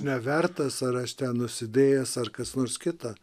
nevertas ar aš ten nusidėjęs ar kas nors kita